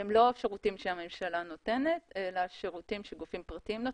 שהם לא שירותים שהממשלה נותנת אלא שירותים שנותנים גופים פרטיים,